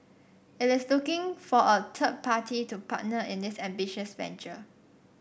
it is looking for a third party to partner in this ambitious venture